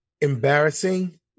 embarrassing